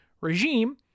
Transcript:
regime